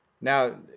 now